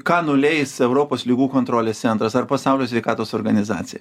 ką nuleis europos ligų kontrolės centras ar pasaulio sveikatos organizacija